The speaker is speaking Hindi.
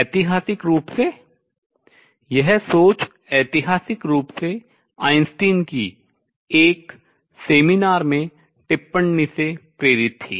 ऐतिहासिक रूप से यह सोच ऐतिहासिक रूप से आइंस्टीन की एक संगोष्ठी में टिप्पणी से प्रेरित थी